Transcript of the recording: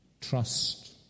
Trust